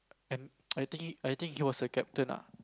and I think I think he was a captain ah